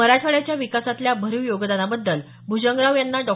मराठवाड्याच्या विकासातल्या भरीव योगदानाबद्दल भ्जंगराव यांना डॉ